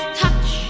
touch